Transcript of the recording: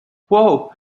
wow